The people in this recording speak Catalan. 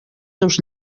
seus